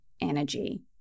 energy